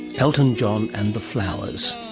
elton john and the flowers.